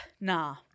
Nah